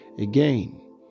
Again